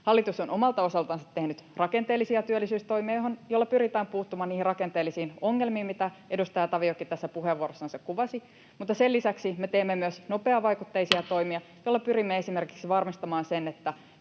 Hallitus on omalta osaltansa tehnyt rakenteellisia työllisyystoimia, joilla pyritään puuttumaan niihin rakenteellisiin ongelmiin, mitä edustaja Taviokin tässä puheenvuorossansa kuvasi. Mutta sen lisäksi me teemme myös nopeavaikutteisia toimia, joilla pyrimme esimerkiksi varmistamaan sen, että